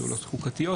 שאלות חוקתיות,